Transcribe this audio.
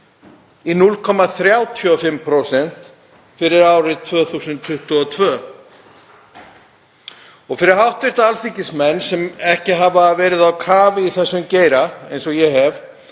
í 0,35% fyrir árið 2022. Fyrir hv. alþingismenn sem ekki hafa verið á kafi í þessum geira eins og ég má